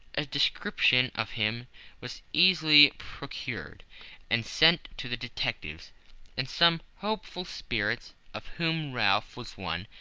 a description of him was easily procured and sent to the detectives and some hopeful spirits, of whom ralph was one,